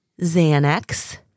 Xanax